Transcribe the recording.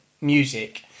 music